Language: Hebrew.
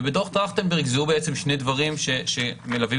ובדוח טרכטנברג זיהו שני דברים שמלווים